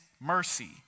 Mercy